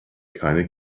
keine